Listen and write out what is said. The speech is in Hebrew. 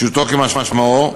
פשוטו כמשמעו,